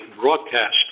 broadcast